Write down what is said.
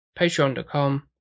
patreon.com